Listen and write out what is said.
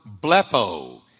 blepo